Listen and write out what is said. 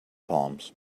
palms